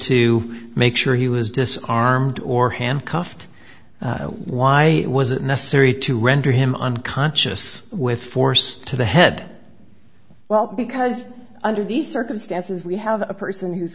to make sure he was disarmed or handcuffed why was it necessary to render him unconscious with force to the head well because under these circumstances we have a person who's